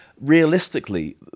realistically